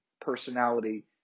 personality